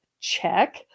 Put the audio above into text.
check